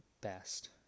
best